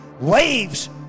waves